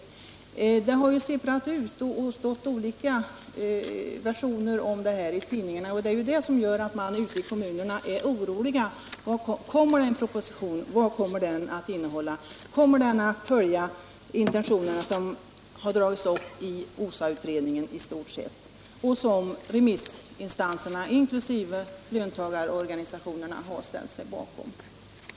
Ett och annat har sipprat ut i olika versioner i tidningarna, och det är det som gör att man ute i kommunerna är orolig: Kommer det en proposition? Vad kommer den att innehålla? Kommer den i stort sett att följa de intentioner som har dragits upp av OSA-utredningen och som remissinstanserna, inkl. löntagarorganisationerna, har ställt sig bakom?